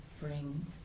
bring